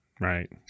right